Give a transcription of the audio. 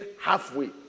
halfway